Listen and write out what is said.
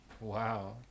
Wow